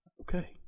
okay